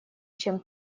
чем